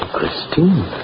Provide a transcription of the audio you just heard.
Christine